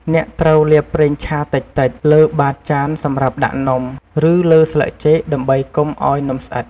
អ្នកត្រូវលាបប្រេងឆាតិចៗលើបាតចានសម្រាប់ដាក់នំ ឬ លើស្លឹកចេកដើម្បីកុំឲ្យនំស្អិត។